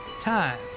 time